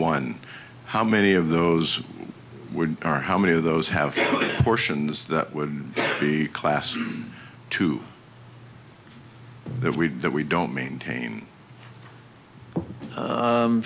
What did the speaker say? one how many of those are how many of those have portions that would be class of two that we that we don't maintain